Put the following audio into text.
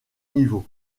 niveaux